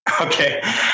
okay